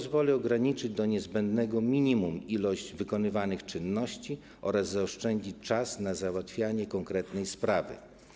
To pozwoli ograniczyć do niezbędnego minimum ilość wykonywanych czynności oraz zaoszczędzić czas na załatwianie konkretnej sprawy.